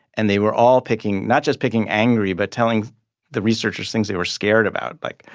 and they were all picking not just picking angry, but telling the researchers things they were scared about. like,